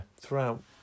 throughout